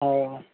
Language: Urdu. اور